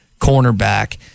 cornerback